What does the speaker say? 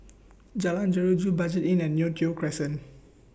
Jalan Jeruju Budget Inn and Neo Tiew Crescent